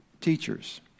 Teachers